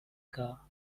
car